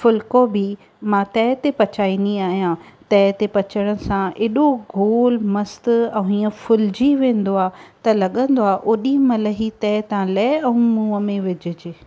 फुलिको बि मां तए ते पचाईंदी आहियां तए ते पचण सां एॾो गोल मस्त ऐं हीअं फुलिजी वेंदो आहे त लॻंदो आहे ओॾी महिल ई तए था लहे ऐं मुंहं में विझिजे